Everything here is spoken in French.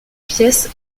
pièce